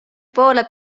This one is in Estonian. poole